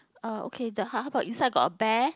uh okay the how how about inside got a bear